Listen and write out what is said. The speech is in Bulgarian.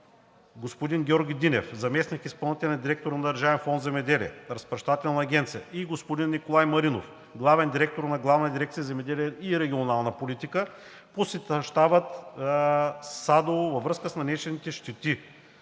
господин Георги Динев – заместник изпълнителният директор на Държавен фонд „Земеделие“ – Разплащателна агенция, и господин Николай Маринов – главен директор на Главна дирекция „Земеделие и регионална политика“, посетиха град Садово във връзка с нанесени щети